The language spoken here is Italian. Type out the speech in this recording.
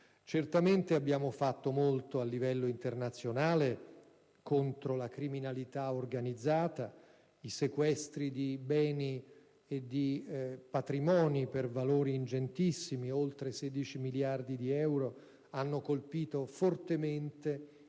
Certamente, abbiamo fatto molto a livello internazionale contro la criminalità organizzata. I sequestri di beni e di patrimoni per valori ingentissimi - oltre 16 miliardi di euro - hanno colpito fortemente i